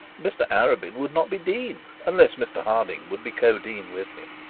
mr arabin would not be dean, unless mr harding would be co-dean with him.